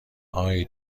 آقای